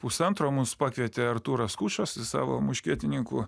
pusantro mus pakvietė artūras skučas į savo muškietininkų